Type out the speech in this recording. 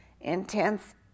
intense